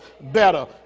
better